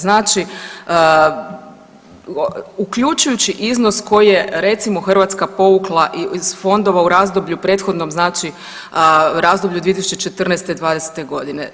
Znači uključujući iznos koji je recimo Hrvatska povukla iz fondova u razdoblju prethodnom znači razdoblju od 2014. i '20. godine.